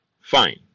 Fine